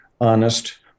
honest